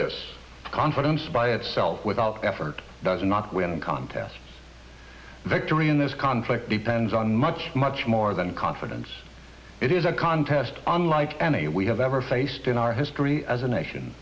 this confidence by itself without effort does not win contests victory in this conflict depends on much much more than confidence it is a contest unlike any we have ever faced in our history as a nation